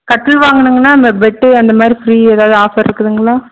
கட்டில் வாங்கணும்ங்கனா அந்தப் பெட்டு அந்த மாதிரி ஃப்ரீ எதாவது ஆஃபர் இருக்குதுங்களா